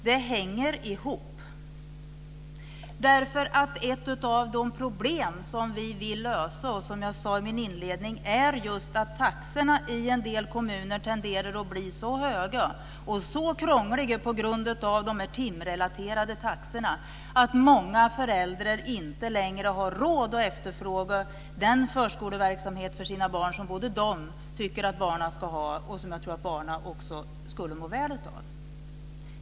Fru talman! Det hänger ihop. Ett av de problem som vi vill lösa är - som jag sade i min inledning - att taxorna i en del kommuner tenderar att bli så höga och så krångliga på grund av de timrelaterade taxorna att många föräldrar inte längre har råd att efterfråga den förskoleverksamhet för sina barn som de tycker att barnen ska ha och som barnen också skulle må väl av.